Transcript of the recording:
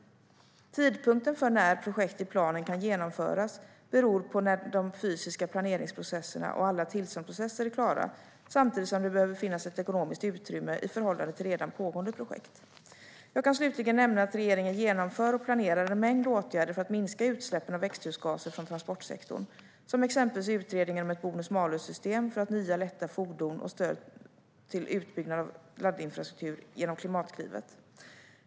Tidpunkten för när projekt i planen kan genomföras beror på när den fysiska planeringsprocessen och alla tillståndsprocesser är klara samtidigt, som det behöver finnas ett ekonomiskt utrymme i förhållande till redan pågående projekt. Jag kan slutligen nämna att regeringen genomför och planerar en mängd åtgärder för att minska utsläppen av växthusgaser från transportsektorn, som exempelvis utredningen om ett bonus-malus-system för nya lätta fordon och stöd till utbyggnad av laddinfrastruktur genom Klimatklivet.